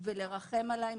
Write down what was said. ולרחם עלי,